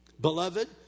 Beloved